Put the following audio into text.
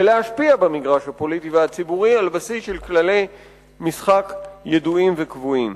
ולהשפיע במגרש הפוליטי והציבורי על בסיס של כללי משחק ידועים וקבועים.